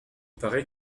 paraît